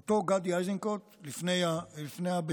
אותו גדי איזנקוט, לפני הבחירות,